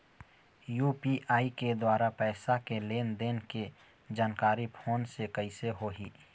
UPI के द्वारा पैसा के लेन देन के जानकारी फोन से कइसे होही?